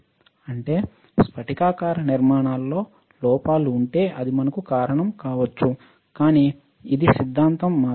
అంటే స్ఫటికాకార నిర్మాణంలో లోపాలు ఉంటే అది మనకు కారణం కావచ్చు కానీ ఇది సిద్ధాంతం మాత్రమే